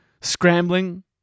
Scrambling